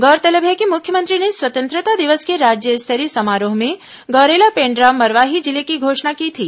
गौरतलब है कि मुख्यमंत्री ने स्वतंत्रता दिवस के राज्य स्तरीय समारोह में गौरेला पेण्डा मरवाही जिले की घोषणा की थी